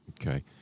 Okay